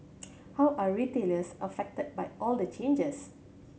how are retailers affected by all the changes